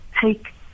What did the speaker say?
take